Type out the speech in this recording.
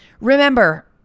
Remember